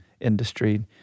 industry